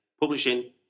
publishing